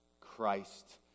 Christ